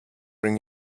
bring